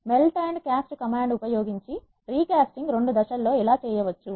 melt and cast command ఉపయోగించి recasting రెండు దశల్లో ఎలా చేయవచ్చు